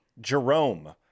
Jerome